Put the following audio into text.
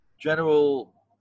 general